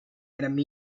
and